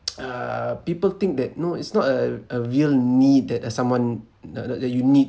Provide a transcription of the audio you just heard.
uh people think that no it's not a a real need that uh someone that that that you need